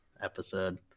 episode